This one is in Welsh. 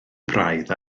braidd